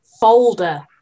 folder